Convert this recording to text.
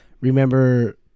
remember